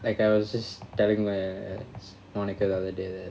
like I was just telling li~ monica the other day that